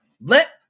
Let